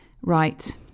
right